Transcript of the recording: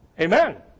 Amen